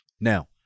Now